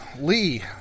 Lee